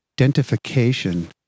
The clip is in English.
identification